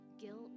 guilt